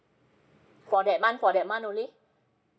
for that month for that month only